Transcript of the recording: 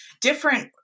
different